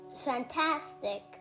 fantastic